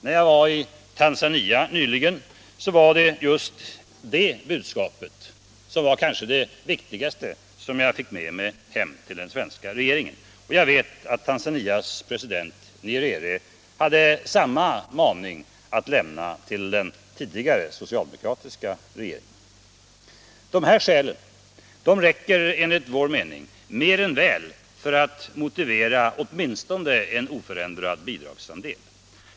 När jag var i Tanzania nyligen var det just detta budskap jag fick med mig hem till den nya svenska regeringen. Jag vet att Tanzanias president Nyerere hade samma maning att rikta till den tidigare, socialdemokratiska regeringen. Dessa skäl räcker enligt vår mening mer än väl för att motivera en oförändrad bidragsandel.